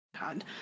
God